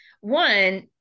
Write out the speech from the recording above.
one